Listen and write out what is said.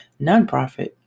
nonprofit